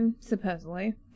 supposedly